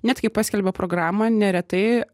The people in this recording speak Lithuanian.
net kai paskelbia programą neretai